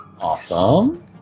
Awesome